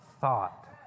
thought